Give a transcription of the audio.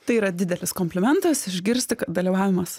tai yra didelis komplimentas išgirsti kad dalyvavimas